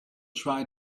try